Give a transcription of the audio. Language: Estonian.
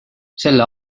selle